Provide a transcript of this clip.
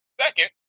Second